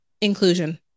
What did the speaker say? Inclusion